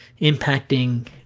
impacting